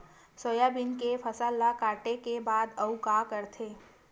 Soybean के फसल ल काटे के बाद आऊ का करथे?